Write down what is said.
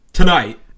tonight